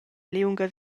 liunga